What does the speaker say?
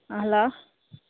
hello